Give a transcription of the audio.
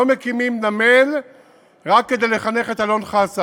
לא מקימים נמל רק כדי לחנך את אלון חסן,